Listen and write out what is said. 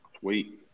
Sweet